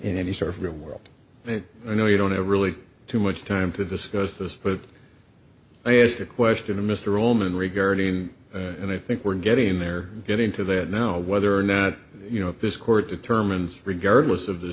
in any sort of real world you know you don't ever really too much time to discuss this but i asked a question to mr allman regarding and i think we're getting there getting to that now whether or not you know this court determines regardless of the